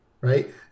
right